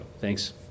Thanks